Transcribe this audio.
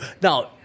Now